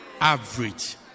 Average